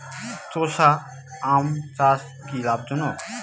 চোষা আম চাষ কি লাভজনক?